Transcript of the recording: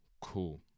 Cool